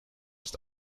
ist